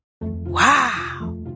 Wow